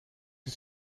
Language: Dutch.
het